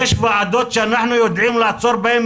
יש ועדות שאנחנו יודעים לעצור בהן